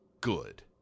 Good